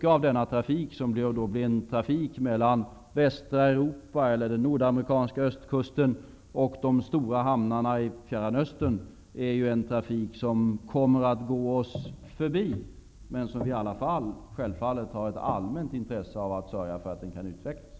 Trafiken mellan västra Europa eller den nordamerikanska östkusten och de stora hamnarna i Fjärran Östern kommer att gå oss förbi. Men vi har ändå självfallet ett allmänt intresse av att sörja för att den kan utvecklas.